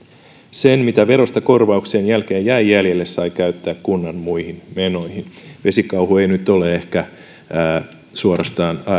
sen mitä verosta korvauksien jälkeen jäi jäljelle sai käyttää kunnan muihin menoihin vesikauhu ei nyt ehkä ole suorastaan